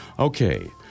Okay